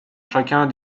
chacun